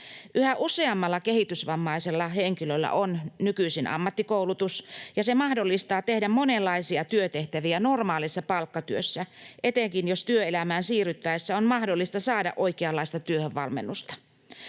Yhä useammalla kehitysvammaisella henkilöllä on nykyisin ammattikoulutus, ja se mahdollistaa monenlaisien työtehtävien tekemisen normaalissa palkkatyössä, etenkin jos työelämään siirryttäessä on mahdollista saada oikeanlaista työhönvalmennusta.